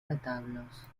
retablos